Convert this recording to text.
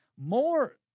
more